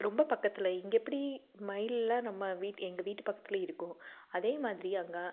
ரொம்ப பக்கத்தில் இங்கே எப்படி மயிலெலாம் நம்ம வீட் எங்கள் வீட்டுப் பக்கத்துலேயே இருக்கோ அதே மாதிரி அங்கே